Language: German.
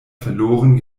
verloren